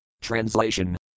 Translation